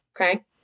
Okay